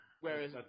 Whereas